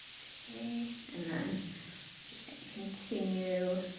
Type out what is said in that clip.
okay, and then i'm just gonna continue.